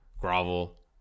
grovel